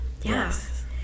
yes